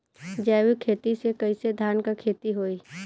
जैविक खेती से कईसे धान क खेती होई?